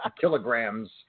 kilograms